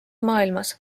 maailmas